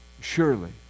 surely